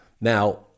Now